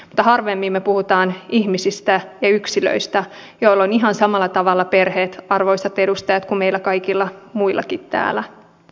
mutta harvemmin me puhumme ihmisistä ja yksilöistä joilla on ihan samalla tavalla perheet arvoisat edustajat kuin meillä kaikilla muillakin täällä